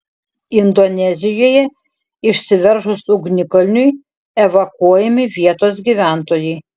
indonezijoje išsiveržus ugnikalniui evakuojami vietos gyventojai